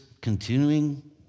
continuing